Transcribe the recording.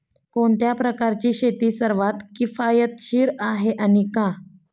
कोणत्या प्रकारची शेती सर्वात किफायतशीर आहे आणि का?